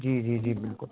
جی جی جی بالکل